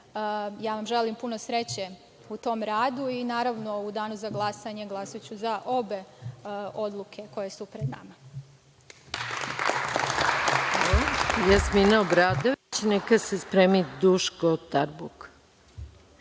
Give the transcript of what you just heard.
Želim vam puno sreće u tom radu i, naravno, u danu za glasanje glasaću za obe odluke koje su pred nama.